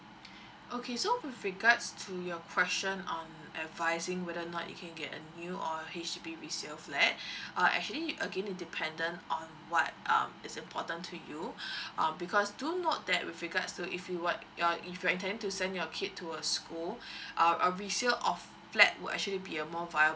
okay so with regards to your question on advising whether or not you can get a new or H_D_B resale flat uh actually again it dependent on what um is important to you um because do note that with regards to if you what uh if you're intending to send your kid to a school uh a resale of flat will actually be a more viable